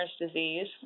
disease